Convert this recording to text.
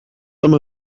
some